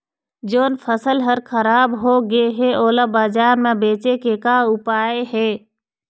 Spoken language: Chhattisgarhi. जोन फसल हर खराब हो गे हे, ओला बाजार म बेचे के का ऊपाय हे?